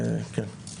כן.